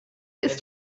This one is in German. ist